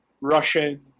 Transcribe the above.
Russian